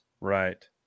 Right